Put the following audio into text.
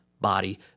body